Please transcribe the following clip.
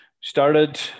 started